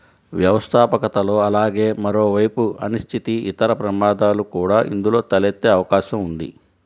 వ్యవస్థాపకతలో అలాగే మరోవైపు అనిశ్చితి, ఇతర ప్రమాదాలు కూడా ఇందులో తలెత్తే అవకాశం ఉంది